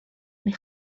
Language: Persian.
نمی